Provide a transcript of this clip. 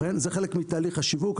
זה חלק מתהליך השיווק.